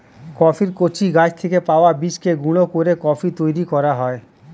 কফির কচি গাছ থেকে পাওয়া বীজকে গুঁড়ো করে কফি তৈরি করা হয়